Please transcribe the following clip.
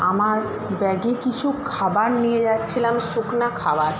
আমার ব্যাগে কিছু খাবার নিয়ে যাচ্ছিলাম শুকনা খাবার